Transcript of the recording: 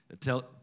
tell